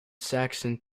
saxon